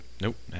nope